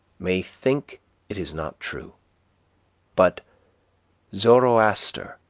may think it is not true but zoroaster,